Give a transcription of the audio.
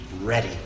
ready